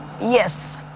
Yes